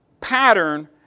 pattern